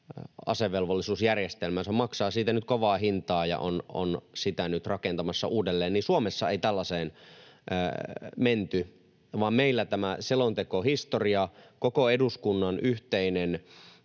asevelvollisuusjärjestelmänsä, ja maksaa siitä nyt kovaa hintaa ja on sitä rakentamassa uudelleen — niin Suomessa ei tällaiseen menty, vaan meillä tämän selontekohistorian avulla, mikä on koko eduskunnan yhteinen